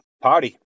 party